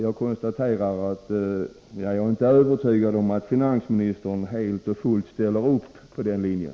Jag är inte övertygad om att finansministern helt och fullt ställer upp på den linjen.